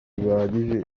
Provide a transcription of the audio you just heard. bihagije